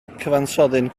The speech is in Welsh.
cyfansoddyn